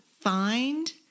find